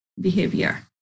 behavior